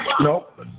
Nope